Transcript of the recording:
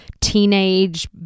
teenage